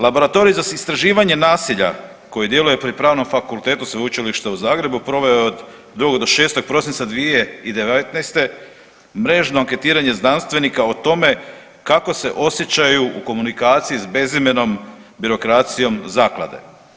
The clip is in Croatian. Laboratorij za istraživanje nasilja koje djeluje pri Pravnom fakultetu Sveučilišta u Zagrebu proveo je od 2. do 6. prosinca 2019. mrežno anketiranje znanstvenika o tome kako se osjećaju u komunikaciji s bezimenom birokracijom zaklade.